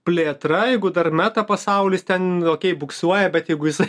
plėtra jeigu dar meta pasaulis ten okei buksuoja bet jeigu jisai